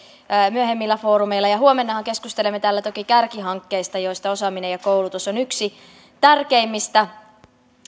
myöhemmillä foorumeilla huomennahan keskustelemme täällä toki kärkihankkeista joista osaaminen ja koulutus on yksi tärkeimmistä